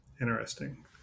Interesting